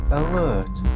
alert